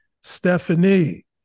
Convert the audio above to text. Stephanie